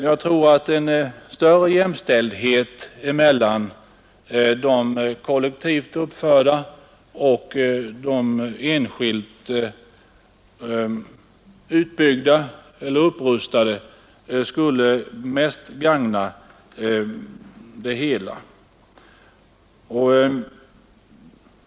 Jag anser att en större jämställdhet mellan de kollektivt uppförda och de enskilt utbyggda eller upprustade lokalerna till övervägande del skulle verka befrämjande.